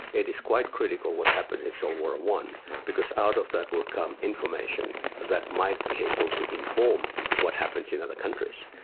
it is quite critical what happens at solwara one because out of that will come information that might be able to inform what happens in other countries.